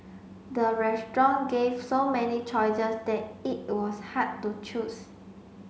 the restaurant gave so many choices that it was hard to choose